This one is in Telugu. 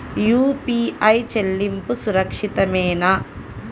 యూ.పీ.ఐ చెల్లింపు సురక్షితమేనా?